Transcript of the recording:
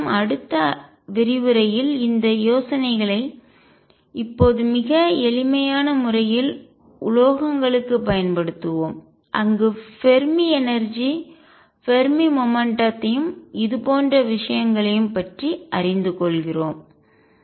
இதன் மூலம் அடுத்த விரிவுரையில் இந்த யோசனைகளை இப்போது மிக எளிமையான முறையில் உலோகங்களுக்குப் பயன்படுத்துவோம் அங்கு ஃபெர்மி எனர்ஜி ஃபெர்மி மொமெண்ட்டும் த்தையும் வேகத்தையும் இது போன்ற விஷயங்களையும் பற்றி அறிந்து கொள்கிறோம்